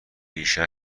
ریشه